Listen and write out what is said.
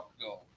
go